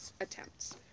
attempts